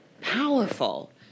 powerful